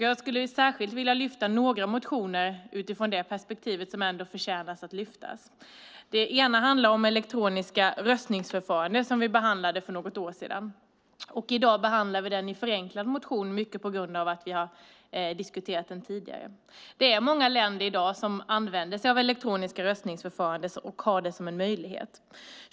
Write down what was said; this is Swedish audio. Jag skulle särskilt vilja lyfta fram några utifrån perspektivet att de frågorna förtjänar att lyftas fram. En motion handlar om elektroniska röstningsförfaranden, som vi behandlade för några år sedan. I dag behandlar vi motionen i förenklad form mycket på grund av att vi har diskuterat frågan tidigare. Det är i dag många länder som använder sig av elektroniska röstningsförfaranden och har det som en möjlighet.